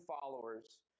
followers